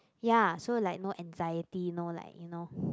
ya so like no anxiety no like you know